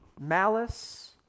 malice